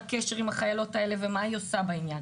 קשר עם החיילות האלה ומה היא עושה בעניין,